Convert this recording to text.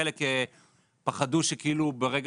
חלק פחדו שברגע